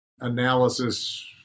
analysis